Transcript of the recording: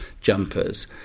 jumpers